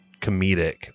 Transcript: comedic